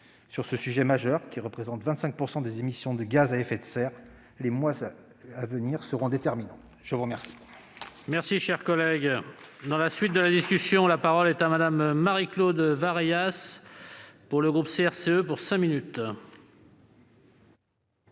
Sur ce sujet majeur, qui représente 25 % des émissions de gaz à effet de serre, les mois à venir seront déterminants. La parole